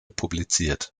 publiziert